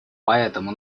поэтому